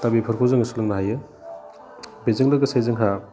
दा बेफोरखौ जों सोलोंनो हायो बेजों लोगोसे जोंहा